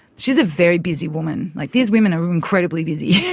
she's a very busy woman. like, these women are incredibly busy.